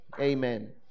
amen